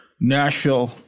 Nashville